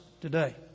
today